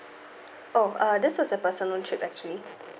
oh uh this was a personal trip actually